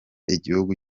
igihugu